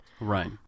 Right